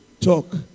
talk